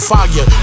Fire